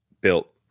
Built